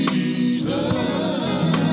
Jesus